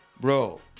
bro